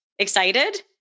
excited